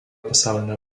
pasaulinio